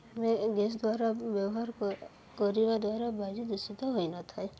ଆମେ ଗ୍ୟାସ୍ ଦ୍ଵାରା ବ୍ୟବହାର କରିବା ଦ୍ୱାରା ବାୟୁ ଦୂଷିତ ହୋଇନଥାଏ